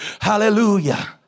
Hallelujah